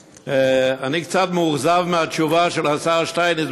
אני חייב לשבח באמת את המרכז הארצי למקומות קדושים,